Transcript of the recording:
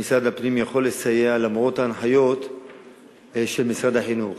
משרד הפנים יכול לסייע למרות ההנחיות של משרד החינוך.